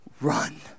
run